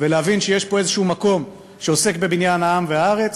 ולהבין שיש פה איזה מקום שעוסק בבניין העם והארץ.